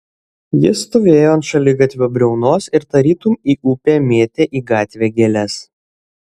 jis stovėjo ant šaligatvio briaunos ir tarytum į upę mėtė į gatvę gėles